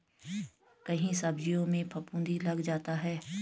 कई सब्जियों में फफूंदी लग जाता है